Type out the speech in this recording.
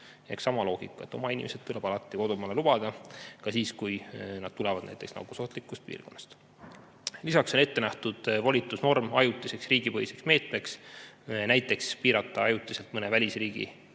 sama loogika, et oma inimesed tuleb alati kodumaale lubada, ka siis, kui nad tulevad nakkusohtlikust piirkonnast. Lisaks on ette nähtud volitusnorm ajutiseks riigipõhiseks meetmeks, näiteks piirata ajutiselt mõne välisriigi